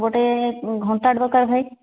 ଗୋଟେ ଘଣ୍ଟା ଭାଇ